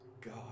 God